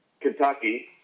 Kentucky